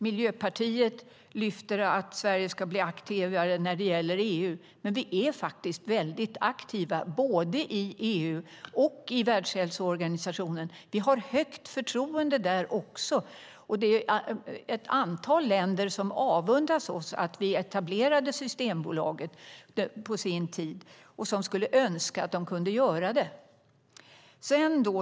Miljöpartiet lyfter fram att Sverige ska bli aktivare i EU. Men vi är väldigt aktiva både i EU och i Världshälsoorganisationen. Vi har stort förtroende där. Det är ett antal länder som avundas oss att vi etablerade Systembolaget en gång i tiden och som skulle önska att de kunde göra detsamma.